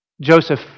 Joseph